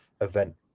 event